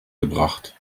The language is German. gebracht